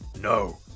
No